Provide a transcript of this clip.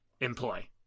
employ